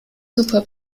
super